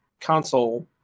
console